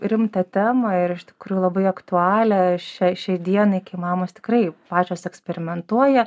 rimtą temą ir iš tikrųjų labai aktualią šiai šiai dienai kai mamos tikrai pačios eksperimentuoja